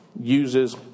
uses